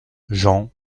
jean